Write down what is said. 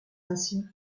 ainsi